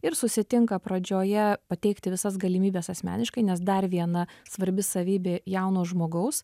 ir susitinka pradžioje pateikti visas galimybes asmeniškai nes dar viena svarbi savybė jauno žmogaus